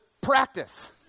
practice